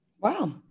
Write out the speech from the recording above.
Wow